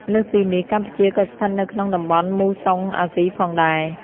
លើសពីនេះ កម្ពុជាក៏ស្ថិតនៅក្នុងតំបន់មូសុងអាស៊ីផងដែរ។